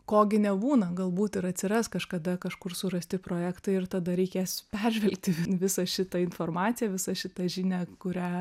ko gi nebūna galbūt ir atsiras kažkada kažkur surasti projektai ir tada reikės peržvelgti visą šitą informaciją visą šitą žinią kurią